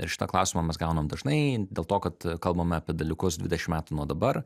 ir šitą klausimą mes gaunam dažnai dėl to kad kalbame apie dalykus dvidešim metų nuo dabar